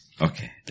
Okay